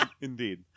Indeed